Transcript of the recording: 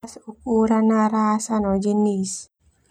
Uran ras no jenis.